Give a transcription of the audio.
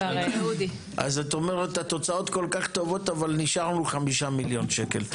אז את אומרת התוצאות כל כך טובות אבל נשארנו 5 מיליון שקלים?